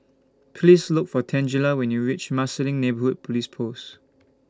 Please Look For Tangela when YOU REACH Marsiling Neighbourhood Police Post